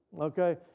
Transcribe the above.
okay